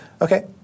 Okay